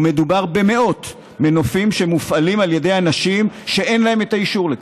ומדובר במאות מנופים שמופעלים על ידי אנשים שאין להם את האישור לכך.